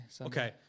Okay